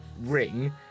ring